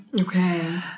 okay